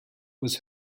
was